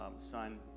son